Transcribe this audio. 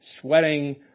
sweating